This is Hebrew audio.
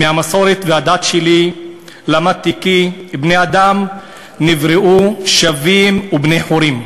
מהמסורת והדת שלי למדתי כי בני-אדם נבראו שווים ובני-חורין.